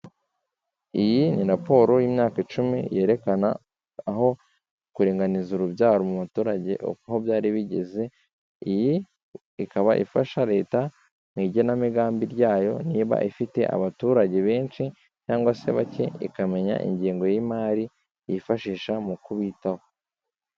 Iyi ni raporo y'imyaka icumi yerekana aho kuringaniza urubyaro mu baturage aho byari bigeze, iyi ikaba ifasha leta mu igenamigambi ryayo niba ifite abaturage benshi cyangwa se bake ikamenya ingengo y'imari yifashisha mu kubitaho.